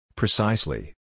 precisely